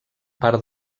part